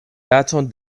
daton